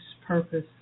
purpose